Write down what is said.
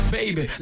baby